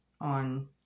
on